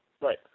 Right